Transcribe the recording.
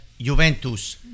Juventus